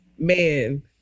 Man